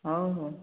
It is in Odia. ହଉ ହଉ